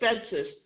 expenses